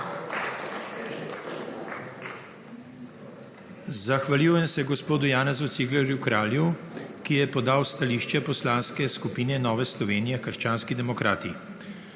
Zahvaljujem se gospodu Janezu Ciglerju Kralju, ki je podal stališče poslanske skupine Nove Slovenije – krščanski demokrati.